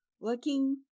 working